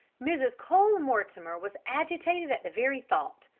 mrs. cole-mortimer was agitated at the very thought.